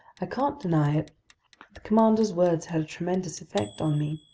i can't deny it the commander's words had a tremendous effect on me.